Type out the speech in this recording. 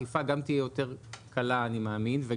אני מאמין שהאכיפה גם תהיה יותר קלה,